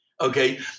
Okay